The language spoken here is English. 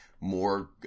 more